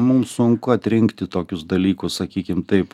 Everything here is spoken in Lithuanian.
mums sunku atrinkti tokius dalykus sakykim taip